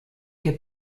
had